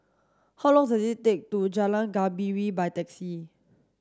how long does it take to Jalan Gembira by taxi